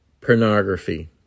Pornography